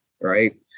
right